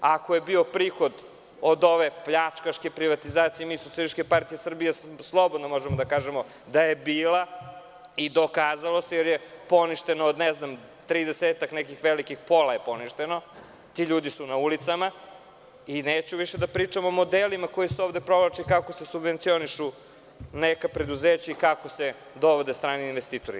Ako je bio prihod od ove pljačkaške privatizacije, i mi iz SPS slobodno možemo da kažemo da je bila i dokazalo se, jer je poništeno 30-ak nekih velikih, pola je poništeno i ti ljudi su na ulicama i neću više da pričam o modelima koji se ovde provlače - kako se subvencionišu neka preduzeća i kako se dovode strani investitori.